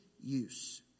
use